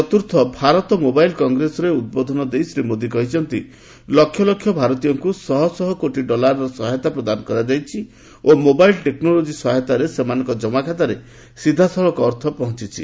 ଚତୁର୍ଥ ଭାରତ ମୋବାଇଲ୍ କଂଗ୍ରେସରେ ଉଦ୍ବୋଧନ ଦେଇ ଶ୍ରୀ ମୋଦୀ କହିଛନ୍ତି ଲକ୍ଷ ଭାରତୀୟଙ୍କୁ ଶହ ଶହ କୋଟି ଡଲାରର ସହାୟତା ପ୍ରଦାନ କରାଯାଇଛି ଓ ମୋବାଇଲ୍ ଟେକ୍ନୋଲୋକ୍ତି ସହାୟତାରେ ସେମାନଙ୍କ ଜମାଖାତାରେ ସିଧାସଳଖ ଅର୍ଥ ପହଞ୍ଚିଛି